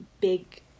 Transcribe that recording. big